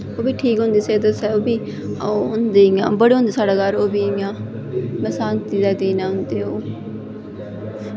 ओह् बी ठीक होंदे सेह्त आस्तै इ'यां होंदे बड़े होंदे साढ़ै घर इ'यां बरसांती दै दिनें होंदे इ'यां